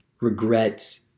regret